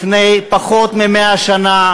לפני פחות מ-100 שנה,